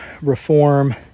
reform